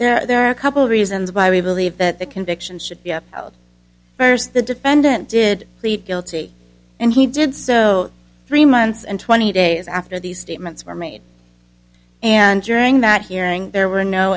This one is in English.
are a couple of reasons why we believe that the conviction should be up first the defendant did plead guilty and he did so three months and twenty days after these statements were made and during that hearing there were no